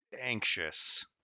anxious